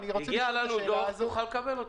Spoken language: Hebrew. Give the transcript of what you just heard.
יגיע לנו דוח תוכל לקבל אותו.